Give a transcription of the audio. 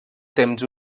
temps